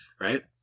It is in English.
Right